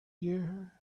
gear